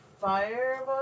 fire